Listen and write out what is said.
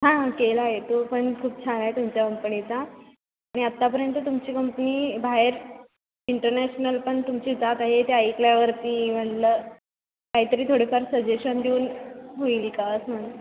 हां ह केला आहे तो पण खूप छान आहे तुमच्या कंपणीचा आणि आत्तापर्यंत तुमची कंपनी बाहेर इंटरनॅशनल पण तुमची जात आहे ते ऐकल्यावरती म्हणलं काहीतरी थोडेफार सजेशन देऊन होईल का असं म्हणून